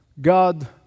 God